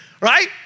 right